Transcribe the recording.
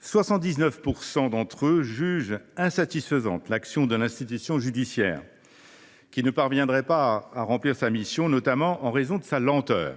79 % d’entre eux jugent en effet insatisfaisante l’action de l’institution judiciaire, laquelle ne parviendrait pas à remplir sa mission, notamment en raison de sa lenteur.